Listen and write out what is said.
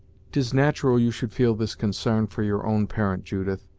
t is natural you should feel this consarn for your own parent, judith,